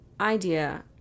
idea